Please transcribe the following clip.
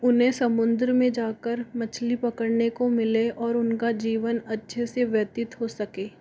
उन्हें समुद्र में जाकर मछली पकड़ने को मिले और उनका जीवन अच्छे से व्यतीत हो सके